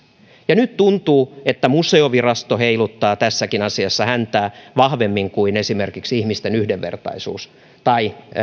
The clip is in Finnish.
ja nyt tuntuu että museovirasto heiluttaa tässäkin asiassa häntää vahvemmin kuin esimerkiksi ihmisten yhdenvertaisuus tai